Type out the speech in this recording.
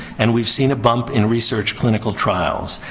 and we've seen a bump in research clinical trials.